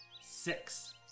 Six